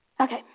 Okay